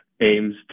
aims